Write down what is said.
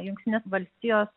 jungtinės valstijos